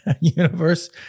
universe